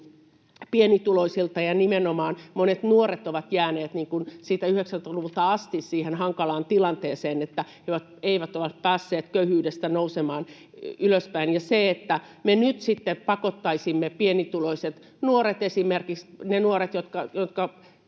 pienituloisilta. Ja nimenomaan monet nuoret ovat jääneet sieltä 90-luvulta asti siihen hankalaan tilanteeseen, että he eivät ole päässeet köyhyydestä nousemaan ylöspäin. Jos me nyt sitten pakottaisimme pienituloiset nuoret, esimerkiksi ne nuoret, joiden